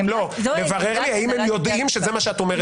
תוכלי לברר לי אם הם יודעים שזה מה שאת אומרת פה?